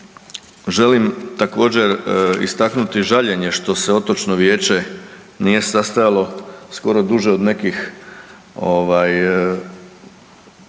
Želim također istaknuti žaljenje što se otočno vijeće nije sastajalo skoro duže od nekih